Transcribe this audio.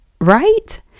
Right